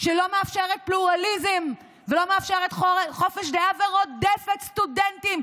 שלא מאפשרת פלורליזם ולא מאפשרת חופש דעה ורודפת סטודנטים,